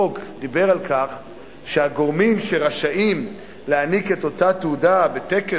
לפי החוק הגורמים שרשאים להעניק את אותה תעודה בטקס